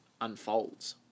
unfolds